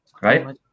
Right